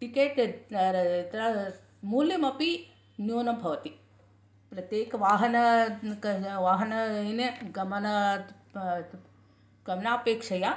ticket त्र मूल्यमपि न्यूनं भवति प्रत्येकवाहन वाहनेन गमनापेक्षया